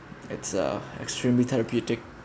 it's a extremely therapeutic